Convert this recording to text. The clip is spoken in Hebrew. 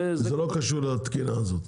זה לא קשור לתקינה הזאת?